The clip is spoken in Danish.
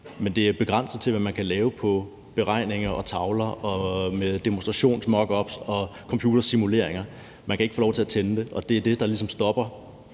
Men det er begrænset til, hvad man kan lave som beregninger og på tavler og med demonstrationsmockups og computersimuleringer. Man kan ikke få lov til at tænde det, og det er det, der ligesom